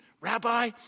Rabbi